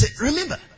Remember